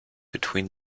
between